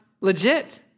legit